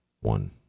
one